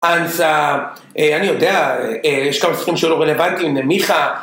אז אני יודע, יש כמה ספרים שלא רלוונטיים, מיכה...